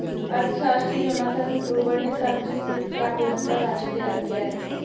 अर्थशास्त्री Jonathan Gruber ने सावर्जनिक वित्त के आंकलन का ढाँचा तैयार किया है